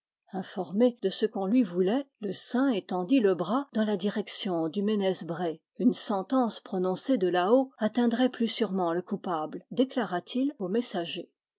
informé de ce qu'on lui voulait le saint étendit le bras dans la direction du ménez bré une sentence prononcée de là-haut atteindrait plus sûre ment le coupable déclara-t-il au messager